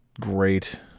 great